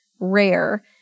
rare